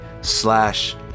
slash